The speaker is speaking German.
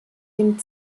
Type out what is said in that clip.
dem